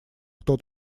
кто